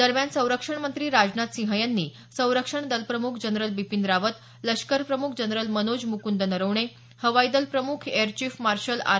दरम्यान संरक्षणमंत्री राजनाथ सिंह यांनी संरक्षण दलप्रमुख जनरल बिपिन रावत लष्करप्रमुख जनरल मनोज मुकुद नरवणे हवाईदल प्रमुख एअर चीफ मार्शल आर